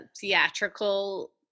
theatrical